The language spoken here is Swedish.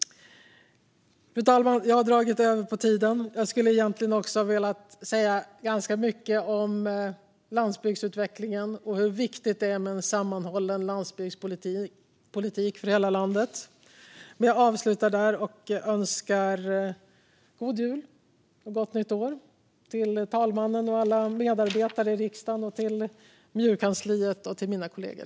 Fru talman! Jag har dragit över tiden. Jag skulle också ha velat säga ganska mycket om landsbygdsutvecklingen och hur viktigt det är med en sammanhållen landsbygdspolitik för hela landet, men jag slutar här. Jag önskar god jul och gott nytt år till talmannen, till alla medarbetare på riksdagen, till MJU-kansliet och till alla mina kollegor.